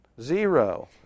zero